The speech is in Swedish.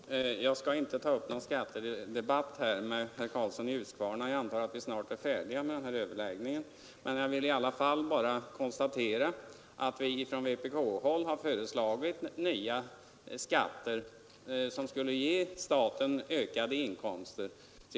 Fru talman! Jag skall inte nu ta upp någon skattedebatt med herr Karlsson i Huskvarna; jag antar att vi snart är färdiga med den här överläggningen. Men jag vill erinra om att vi från vpk-håll föreslagit nya skatter, som skulle ge staten ökade inkomster.